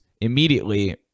immediately